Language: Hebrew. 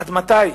עד מתי?